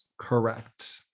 Correct